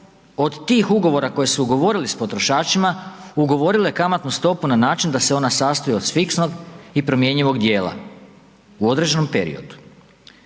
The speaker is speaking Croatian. od tih ugovora koje su ugovorili s potrošačima, ugovorile kamatnu stopu na način da se ona sastoji od fiksnog i promjenjivog dijela u određenom periodu.